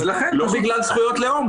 לכן --- לא בגלל זכויות הלאום,